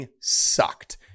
sucked